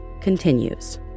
continues